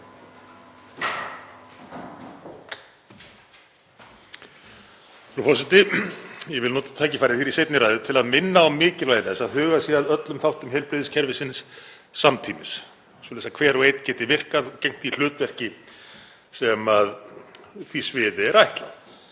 Frú forseti. Ég vil nota tækifærið í seinni ræðu til að minna á mikilvægi þess að hugað sé að öllum þáttum heilbrigðiskerfisins samtímis svoleiðis að hver og einn geti virkað og gegnt því hlutverki sem því sviði er ætlað.